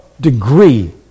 degree